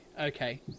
okay